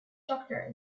doctor